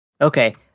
Okay